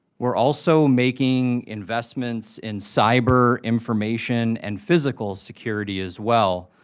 we're also making investments in cyberinformation and physical security as well.